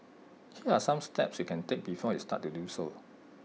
here are some steps you can take before you start to do so